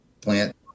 plant